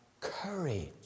courage